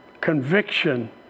conviction